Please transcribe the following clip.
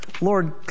Lord